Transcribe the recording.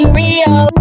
real